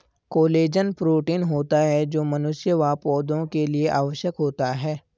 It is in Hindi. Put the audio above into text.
कोलेजन प्रोटीन होता है जो मनुष्य व पौधा के लिए आवश्यक होता है